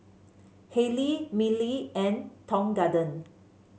Haylee Mili and Tong Garden